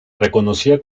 reconocía